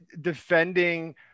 defending